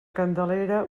candelera